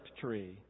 tree